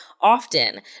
often